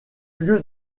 lieu